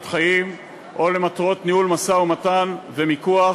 חיים או למטרות ניהול משא-ומתן ומיקוח,